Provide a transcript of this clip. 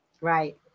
right